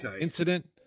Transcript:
incident